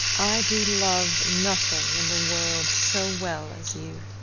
i do love nothing in the world so well as you